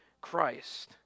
Christ